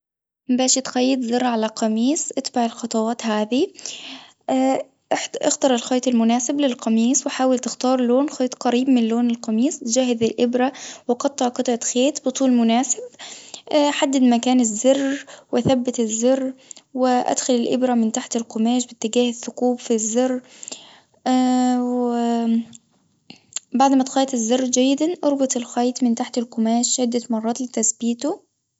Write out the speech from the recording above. باش يتخيط زر على قميص اتبع الخطوات هذه، اختر الخيط المناسب للقميص وحاول تختار لون خيط قريب من لون القميص، جهز الإبرة وقطع قطعة خيط بطول مناسب حدد مكان الزر وثبت الزر وأدخل الإبرة من تحت القماش باتجاه الثقوب في الزر وبعد ما تخيط الزر جيدًا أربط الخيط من تحت القماش عدة مرات لتثبيته.